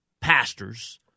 pastors